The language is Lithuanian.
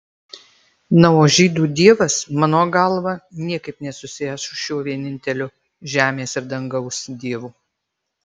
na o žydų dievas mano galva niekaip nesusijęs su šiuo vieninteliu žemės ir dangaus dievu